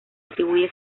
atribuye